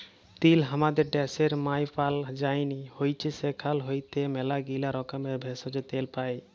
তিল হামাদের ড্যাশের মায়পাল যায়নি হৈচ্যে সেখাল হইতে ম্যালাগীলা রকমের ভেষজ, তেল পাই